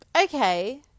Okay